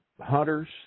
hunters